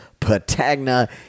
Patagna